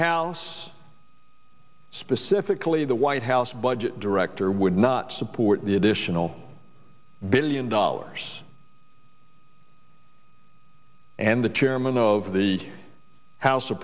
house specifically the white house budget director would not support the additional billion dollars and the chairman of the house